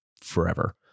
forever